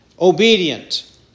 obedient